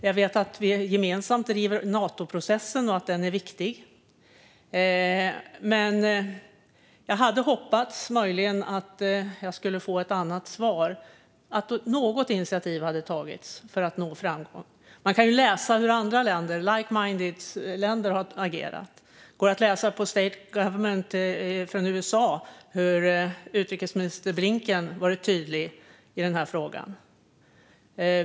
Jag vet att vi gemensamt driver Natoprocessen och att den är viktig. Men jag hade hoppats att jag skulle få ett annat svar - att något initiativ hade tagits för att nå framgång. Man kan ju läsa hur andra like-minded-länder har agerat. Det går att läsa på USA:s state government-sida hur utrikesminister Blinken varit tydlig i denna fråga.